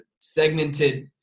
segmented